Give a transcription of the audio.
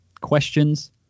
questions